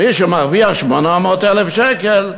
מי שמרוויח 800,000 שקל,